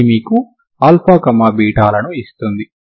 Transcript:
ఇది మీకు αβ లను ఇస్తుంది